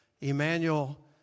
Emmanuel